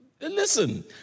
Listen